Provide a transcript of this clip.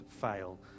fail